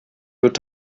wird